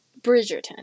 Bridgerton